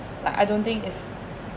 but I don't think it's